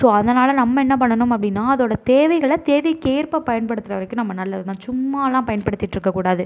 so அதனால் நம்ம என்ன பண்ணணும் அப்படின்னா அதோடய தேவைகளை தேவைக்கேற்ப பயன்படுத்துகிற வரைக்கும் நம்ம நல்லது தான் சும்மாலாம் பயன்படுத்திட்டிருக்கக் கூடாது